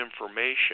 information